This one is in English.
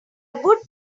would